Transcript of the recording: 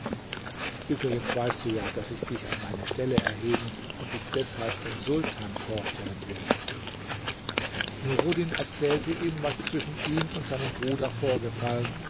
übrigens weißt du ja daß ich dich an meine stelle erheben und dich deshalb dem sultan vorstellen will nuruddin erzählte ihm was zwischen ihm und seinem bruder vorgefallen